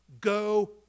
go